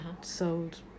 sold